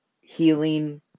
healing